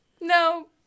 No